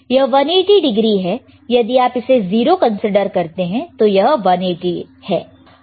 यह 180o है यदि आप इसे 0 कंसीडर करते हैं तो यह 180 है